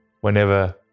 Whenever